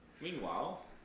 Meanwhile